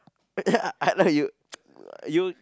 yeah I know you uh you